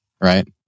right